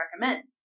Recommends